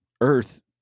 Earth